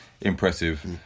Impressive